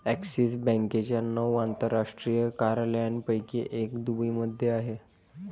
axis बँकेच्या नऊ आंतरराष्ट्रीय कार्यालयांपैकी एक दुबईमध्ये आहे